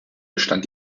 bestand